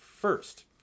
first